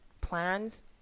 plans